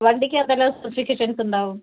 വണ്ടിക്ക് അകത്ത് എന്തെല്ലാം സ്പെസിഫിക്കേഷൻസ് ഉണ്ടാവും